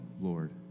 Lord